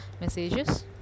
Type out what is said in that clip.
messages